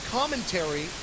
commentary